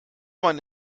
man